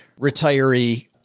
retiree